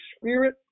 spirit